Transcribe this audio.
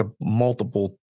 multiple